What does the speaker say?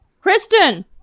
Kristen